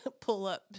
pull-up